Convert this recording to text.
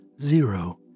Zero